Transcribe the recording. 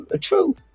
true